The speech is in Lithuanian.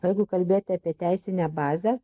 jeigu kalbėti apie teisinę bazę